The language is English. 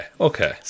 Okay